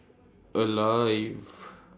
Alive